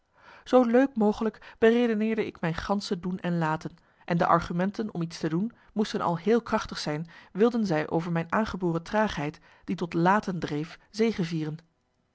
zoo leuk mogelijk beredeneerde ik mijn gansche doen en laten en de argumenten om iets te doen moesten al heel krachtig zijn wilden zij over mijn aangeboren traagheid die tot laten dreef zegevieren